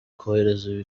korohereza